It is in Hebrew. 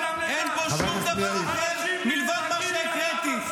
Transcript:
אין פה שום דבר מלבד מה שהקראתי.